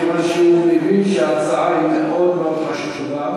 מכיוון שהוא מבין שההצעה היא מאוד מאוד חשובה,